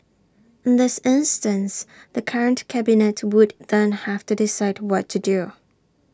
in this instance the current cabinet would then have to decide what to do